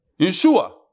Yeshua